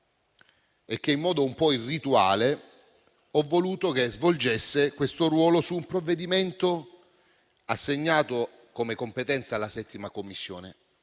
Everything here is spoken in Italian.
e che in modo un po' irrituale ho voluto che svolgesse questo ruolo su un provvedimento assegnato come competenza alla 7a Commissione,